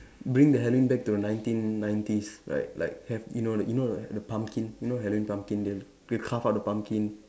bring the Halloween back to nineteen nineties right like have you know you know the pumpkins you know Halloween pumpkin they have they carve out the pumpkin